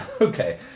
Okay